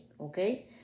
okay